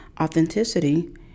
authenticity